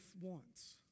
wants